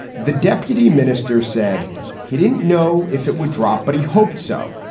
the deputy minister said he didn't know if it would drop, but he hoped so.